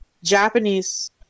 japanese